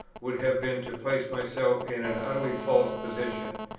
would have been to place myself in an utterly false position,